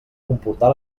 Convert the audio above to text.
comportar